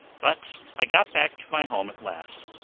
but i got back to my home at last.